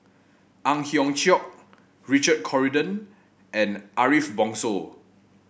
Ang Hiong Chiok Richard Corridon and Ariff Bongso